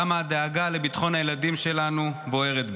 כמה הדאגה לביטחון הילדים שלנו בוערת בי.